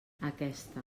aquesta